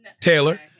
Taylor